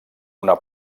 una